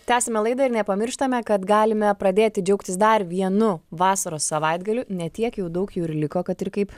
tęsiame laidą ir nepamirštame kad galime pradėti džiaugtis dar vienu vasaros savaitgaliu ne tiek jau daug jų ir liko kad ir kaip